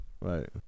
Right